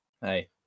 hey